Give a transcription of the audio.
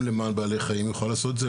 למען בעלי חיים יוכל לעשות את זה,